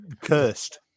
Cursed